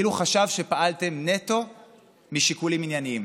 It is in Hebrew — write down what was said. אילו חשב שפעלתם נטו משיקולים ענייניים,